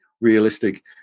realistic